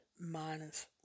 minus